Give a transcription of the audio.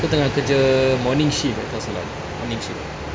aku tengah kerja morning shift eh tak silap morning shift